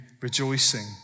rejoicing